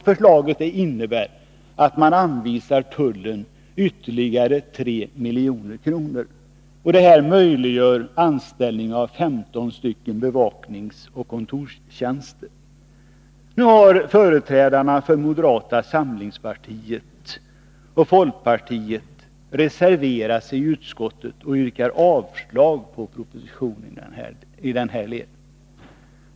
Förslaget innebär att det anvisas ytterligare 3 milj.kr. till tullverket, som möjliggör anställning av 15 bevakningsoch kontorstjänstemän. Företrädarna för moderata samlingspartiet och folkpartiet i utskottet har reserverat sig och yrkar avslag på propositionen i denna del.